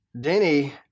Denny